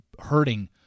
hurting